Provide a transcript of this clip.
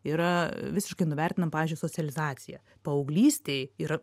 yra visiškai nuvertinam pavyzdžiui socializaciją paauglystėj ir